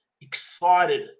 excited